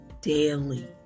daily